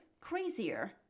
crazier